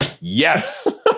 yes